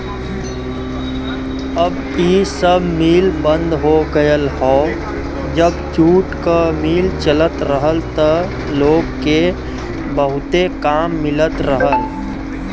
अब इ सब मिल बंद हो गयल हौ जब जूट क मिल चलत रहल त लोग के बहुते काम मिलत रहल